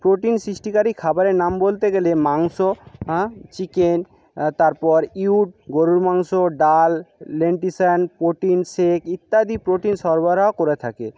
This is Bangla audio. প্রোটিন সৃষ্টিকারি খাবারের নাম বলতে গেলে মাংস চিকেন তারপর ইউ গরুর মাংস ডাল প্রোটিন শেক ইত্যাদি প্রোটিন সরবরাহ করে থাকে